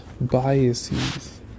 biases